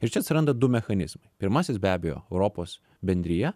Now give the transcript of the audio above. ir čia atsiranda du mechanizmai pirmasis be abejo europos bendrija